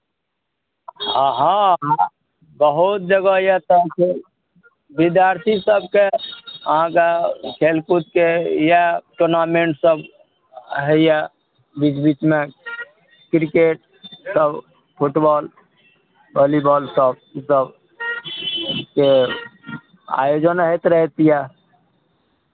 हँ हँ बहुत जगह यए तऽ अहाँके विद्यार्थी सभके अहाँके खेलकूदके इएह टूर्नामेन्टसभ होइए बीच बीचमे क्रिकेटसभ फुटबॉल वॉलीबॉलसभ ई सभके आयोजन होइत रहैत यए